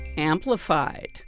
amplified